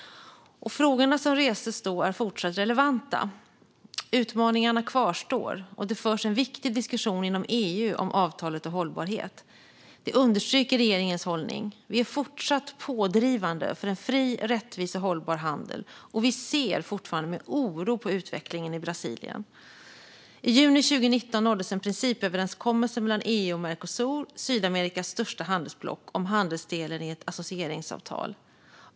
Frågorna som restes då är fortfarande relevanta. Utmaningarna kvarstår, och det förs en viktig diskussion inom EU om avtalet och hållbarhet. Det understryker regeringens hållning. Vi fortsätter att vara pådrivande för en fri, rättvis och hållbar handel. Vi ser fortfarande med oro på utvecklingen i Brasilien. I juni 2019 nåddes en principöverenskommelse mellan EU och Mercosur, Sydamerikas största handelsblock, om handelsdelen i ett associeringsavtal.